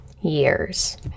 years